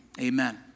Amen